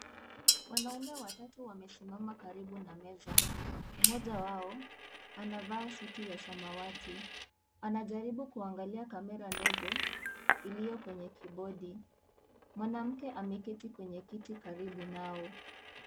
Wanaume watatu wamesimama karibu na meza mmoja wao anavaa suti ya samawati anajaribu kuanagalia kamera ndogo iliyo kwenye kibondi mwanamke ameketi kwenye kiti karibu nao.